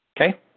Okay